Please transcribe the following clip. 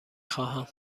خواهم